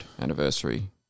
anniversary